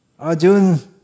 Ajun